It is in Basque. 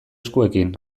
eskuekin